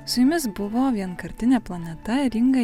su jumis buvo vienkartinė planeta ir inga